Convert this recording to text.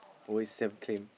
always self claim